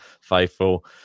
faithful